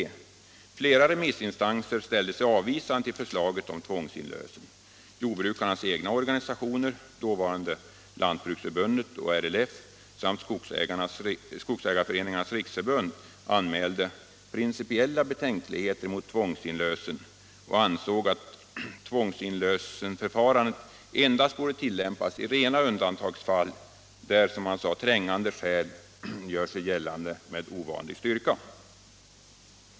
Flera remissinstanser ställde sig avvisande till förslaget om tvångsinlösen. Jordbrukarnas egna organisationer, dåvarande Lantbruksförbundet och RLF samt Sveriges skogsägareföreningars riksförbund, anmälde principiella betänkligheter mot tvångsinlösen och ansåg att tvångsinlösensförfarandet endast borde tilllämpas i rena undantagsfall där trängande skäl gör sig gällande med ovanlig styrka.